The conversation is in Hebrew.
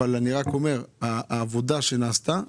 אבל העבודה שנעשתה,